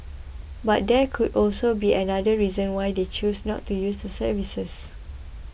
but there could also be other reasons why they choose not to use the services